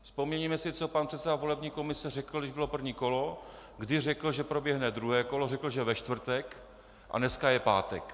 Vzpomeňme si, co pan předseda volební komise řekl, když bylo první kolo, kdy řekl, že proběhne druhé kolo, řekl, že ve čtvrtek, a dneska je pátek.